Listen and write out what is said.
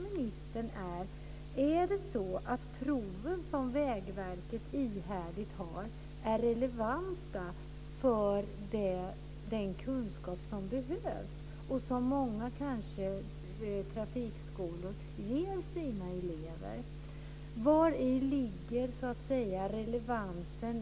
Med tanke på det vill jag fråga ministern: Är Vägverkets prov relevanta för den kunskap som behövs och som många trafikskolor ger sina elever?